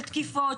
של תקיפות,